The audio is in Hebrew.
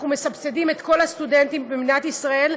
מסבסדים את כל הסטודנטים במדינת ישראל,